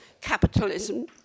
capitalism